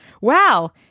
Wow